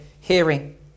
hearing